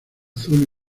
azul